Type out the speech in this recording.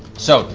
so,